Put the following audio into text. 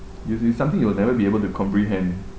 you see something you will never be able to comprehend